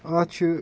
اَتھ چھِ